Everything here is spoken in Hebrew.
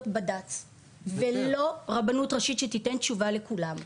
בד"צ ולא רבנות ראשית שתיתן תשובה לכולם.